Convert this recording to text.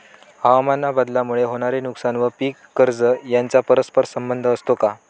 हवामानबदलामुळे होणारे नुकसान व पीक कर्ज यांचा परस्पर संबंध असतो का?